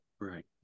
Right